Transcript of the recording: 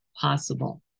possible